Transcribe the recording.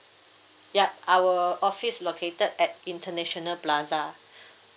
yup our office located at international plaza